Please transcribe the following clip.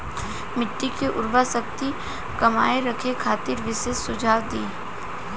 मिट्टी के उर्वरा शक्ति कायम रखे खातिर विशेष सुझाव दी?